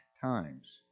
times